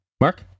Mark